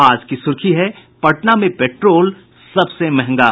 आज की सुर्खी है पटना में पेट्रोल सबसे महंगा